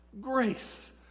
Grace